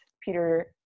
Peter